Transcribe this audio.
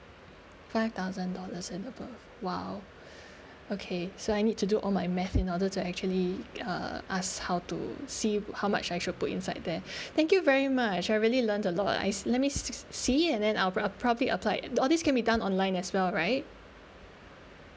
five thousand dollars and above !wow! okay so I need to do all my math in order to actually uh ask how to see how much I should put inside there thank you very much I really learned a lot I let me s~ see and then I'll pro~ probably applied and all this can be done online as well right